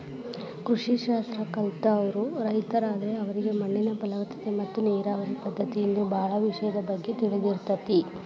ಕೃಷಿ ಶಾಸ್ತ್ರ ಕಲ್ತವ್ರು ರೈತರಾದ್ರ ಅವರಿಗೆ ಮಣ್ಣಿನ ಫಲವತ್ತತೆ ಮತ್ತ ನೇರಾವರಿ ಪದ್ಧತಿ ಇನ್ನೂ ಬಾಳ ವಿಷಯದ ಬಗ್ಗೆ ತಿಳದಿರ್ತೇತಿ